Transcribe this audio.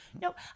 Nope